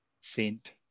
Saint